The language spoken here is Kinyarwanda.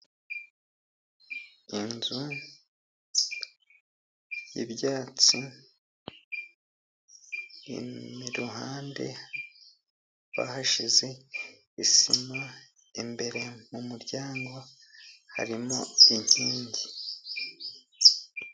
Inzu y'ibyatsi iruhande bahashyizeho isima, imbere mu muryango harimo inkingi.